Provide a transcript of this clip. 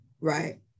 right